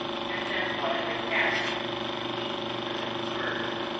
and then wanted a cat to eat the many birds.